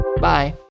Bye